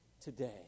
Today